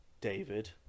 david